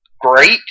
great